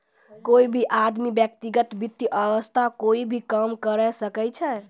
कोई भी आदमी व्यक्तिगत वित्त वास्तअ कोई भी काम करअ सकय छै